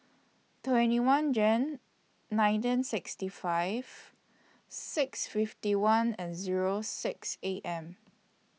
twenty one Jan nineteen sixty five six fifty one and Zero six A M